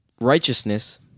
righteousness